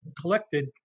collected